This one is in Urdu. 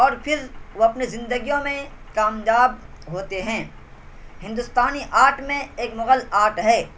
اور پھر وہ اپنی زندگیوں میں کامیاب ہوتے ہیں ہندوستانی آرٹ میں ایک مغل آرٹ ہے